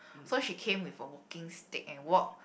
so she came with a walking stick and walk